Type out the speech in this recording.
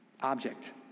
object